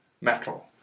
metal